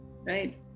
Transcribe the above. Right